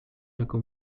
jako